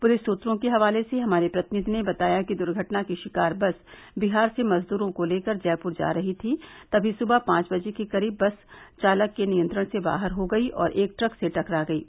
police सूत्रों के हवाले से हमारे प्रतिनिधि ने बताया कि दुर्घटना की शिकार बस बिहार से मजदूरों को लेकर जयपूर जा रही थी तमी सुबह पांच बजे के करीब बस चालक के नियंत्रण से बाहर हो गयी और एक ट्रक से टकरा गयी